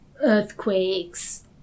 earthquakes